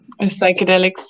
psychedelics